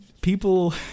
People